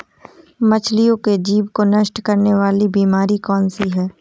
मछलियों के जीभ को नष्ट करने वाली बीमारी कौन सी है?